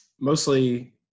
mostly